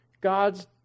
God's